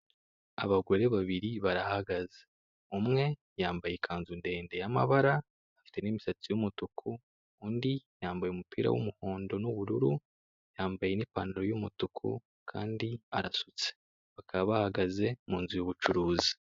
Abagore babiri barahagaze. Umwe yambaye ikanzu ndetse y'amabara, afite n'imisatsi y'umutuku, undi yambaye umupira w'umuhondo n'ubururu, yambaye n'ipantaro y'umutuku, kandi arasutse. Bakaba bahagaze mu nzu y'ubucuruzi.